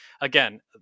again